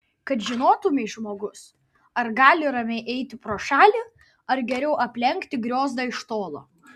kad žinotumei žmogus ar gali ramiai eiti pro šalį ar geriau aplenkti griozdą iš tolo